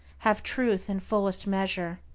have truth in fullest measure.